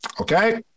okay